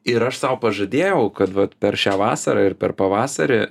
ir aš sau pažadėjau kad vat per šią vasarą ir per pavasarį